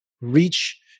reach